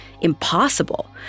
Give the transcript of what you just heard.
impossible